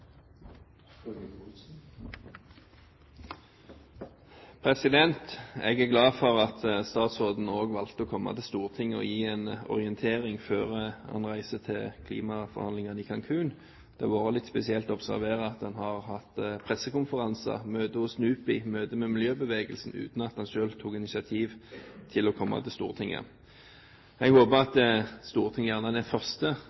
glad for at statsråden også valgte å komme til Stortinget for å gi en orientering før han reiser til klimaforhandlingene i Cancún. Det har vært litt spesielt å observere at han har hatt pressekonferanser, møte hos NUPI og møte med miljøbevegelsen uten at han selv har tatt initiativ til å komme til Stortinget. Jeg håper at